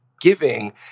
giving